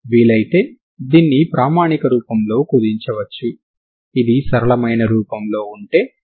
ఈ విధంగా మీరు వ్రాస్తే ఈ ఉత్పన్నం లోపల ఏదైనా సరే పొటెన్షియల్ ఎనర్జీ అవుతుంది